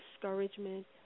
discouragement